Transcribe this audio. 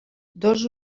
dos